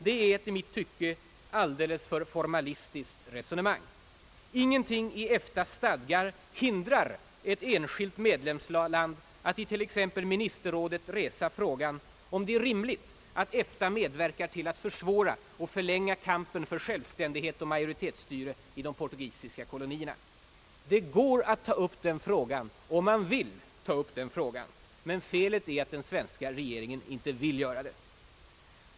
Det är ett i mitt tycke alldeles för formalistiskt resonemang. Ingenting i EFTA:s stadgar hindrar ett enskilt medlemsland från att t.ex. i ministerrådet resa frågan om det är rimligt att EFTA medverkar till att försvåra och förlänga kampen för självständighet och majoritetsstyre i de portugisiska kolonierna. Det går att ta upp den frågan, om man vill ta upp den. Men felet är att den svenska regeringen inte vill göra det.